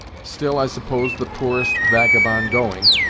still i suppose the poorest vagabond going,